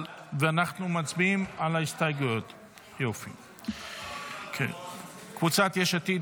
ואנחנו מצביעים על ההסתייגויות של קבוצת סיעת יש עתיד,